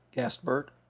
gasped bert.